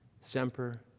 semper